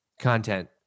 content